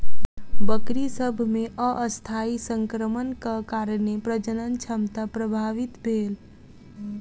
बकरी सभ मे अस्थायी संक्रमणक कारणेँ प्रजनन क्षमता प्रभावित भेल